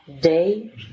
day